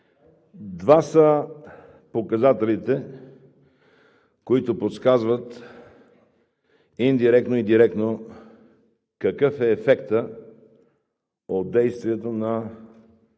два са показателите, които подсказват индиректно и директно какъв е ефектът от действието на,